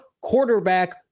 quarterback